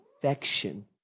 affection